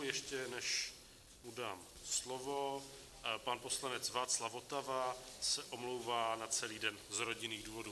Ještě než mu dám slovo, pan poslanec Václav Votava se omlouvá na celý den z rodinných důvodů.